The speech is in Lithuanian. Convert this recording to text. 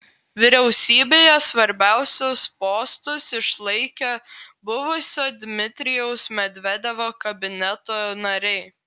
vyriausybėje svarbiausius postus išlaikė buvusio dmitrijaus medvedevo kabineto nariai